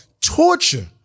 torture